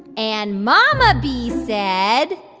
and mama bee said.